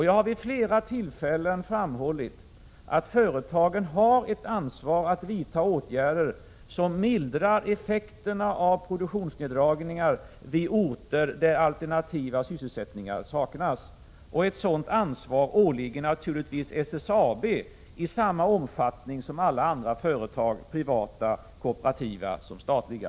Jag har vid flera tillfällen framhållit att företagen har ett ansvar för att vidta åtgärder som mildrar effekterna av produktionsminskningar på orter där alternativa sysselsättningar saknas. Ett sådant ansvar åligger naturligtvis SSAB i samma omfattning som alla andra företag — privata, kooperativa eller statliga.